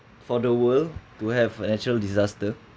for the world to have a natural disaster